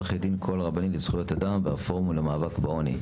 קול הרבנים לזכויות אדם והפורום למאבק בעוני.